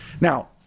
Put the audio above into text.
now